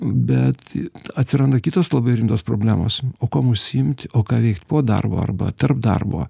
bet atsiranda kitos labai rimtos problemos o kuom užsiimt o ką veikt po darbo arba tarp darbo